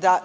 da,